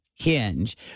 hinge